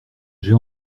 j’ai